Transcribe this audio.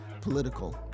political